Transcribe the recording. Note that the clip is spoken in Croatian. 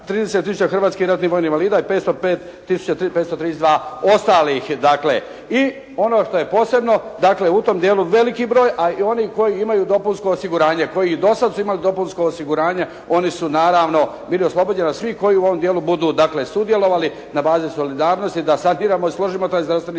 30000 hrvatskih ratnih vojnih invalida i 505532 ostalih dakle. I ono što je posebno, dakle u tom dijelu veliki broj, a i oni koji imaju dopunsko osiguranje, koji i do sad su imali dopunsko osiguranje oni su naravno bili oslobođeni od svih koji u ovom dijelu budu dakle sudjelovali na bazi solidarnosti da sad diramo i složimo taj zdravstveni